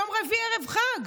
יום רביעי ערב חג.